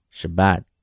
Shabbat